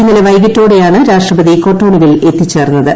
ഇന്നലെ വൈകീട്ടോടെയാണ് രാഷ്ട്രപതി കൊട്ടോണുവിൽ എത്തിചേർന്നത്